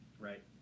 Right